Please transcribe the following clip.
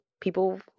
people